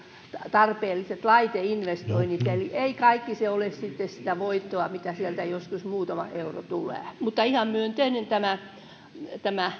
tarpeelliset laiteinvestoinnit eli ei kaikki se ole sitä voittoa mitä sieltä joskus muutama euro tulee mutta ihan myönteinen tämä